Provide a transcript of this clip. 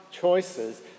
choices